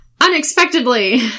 unexpectedly